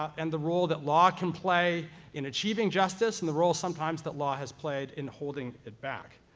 and the role that law can play in achieving justice, and the role, sometimes, that law has played in holding it back.